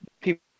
people